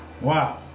Wow